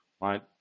right